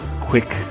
quick